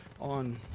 on